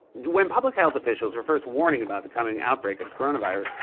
when public health officials were first warning about the coming outbreak of the coronavirus,